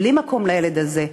בלי מקום לילד הזה,